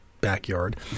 backyard